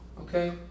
Okay